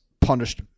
punished